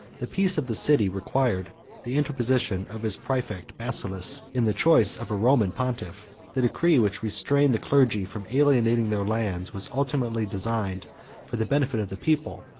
the peace of the city required the interposition of his praefect basilius in the choice of a roman pontiff the decree which restrained the clergy from alienating their lands was ultimately designed for the benefit of the people,